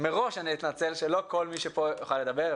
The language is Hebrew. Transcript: שלא כולם יוכלו לדבר.